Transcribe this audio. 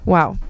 Wow